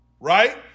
right